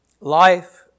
Life